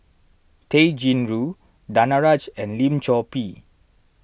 Tay Chin Joo Danaraj and Lim Chor Pee